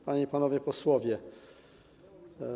Panie i Panowie Posłowie!